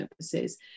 services